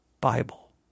Bible